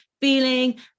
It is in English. feeling